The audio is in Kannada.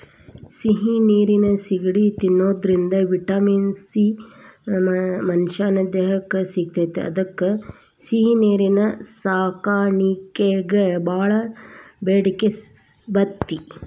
ಸಿಹಿ ನೇರಿನ ಸಿಗಡಿ ತಿನ್ನೋದ್ರಿಂದ ವಿಟಮಿನ್ ಬಿ ಮನಶ್ಯಾನ ದೇಹಕ್ಕ ಸಿಗ್ತೇತಿ ಅದ್ಕ ಸಿಹಿನೇರಿನ ಸಾಕಾಣಿಕೆಗ ಬಾಳ ಬೇಡಿಕೆ ಐತಿ